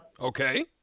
Okay